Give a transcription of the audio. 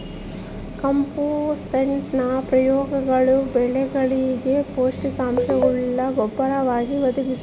ಕಾಂಪೋಸ್ಟ್ನ ಪ್ರಯೋಜನಗಳು ಬೆಳೆಗಳಿಗೆ ಪೋಷಕಾಂಶಗುಳ್ನ ಗೊಬ್ಬರವಾಗಿ ಒದಗಿಸುವುದು